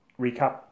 recap